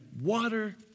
water